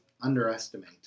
underestimate